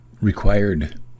required